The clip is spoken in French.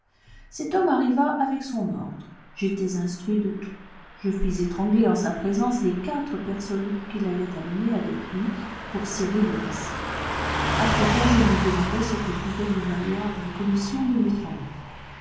cet homme arriva avec son ordre j'étais instruit de tout je fis étrangler en sa présence les quatre personnes qu'il avait amenées avec lui pour serrer le lacet après quoi je lui demandai ce que pouvait lui valoir la commission de